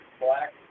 black